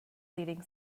leading